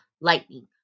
lightning